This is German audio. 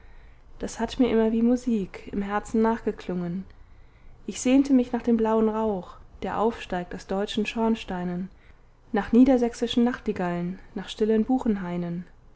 das hat mir immer wie musik im herzen nachgeklungen ich sehnte mich nach dem blauen rauch der aufsteigt aus deutschen schornsteinen nach niedersächsischen nachtigall'n nach stillen